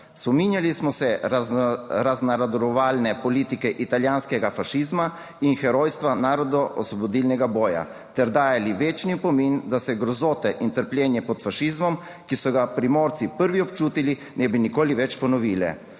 Spominjali smo se raznarodovalne politike italijanskega fašizma in herojstva Narodnoosvobodilnega boja ter dajali večni opomin, da se grozote in trpljenje pod fašizmom, ki so ga Primorci prvi občutili, ne bi nikoli več ponovile.